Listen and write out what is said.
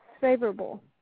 favorable